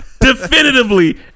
Definitively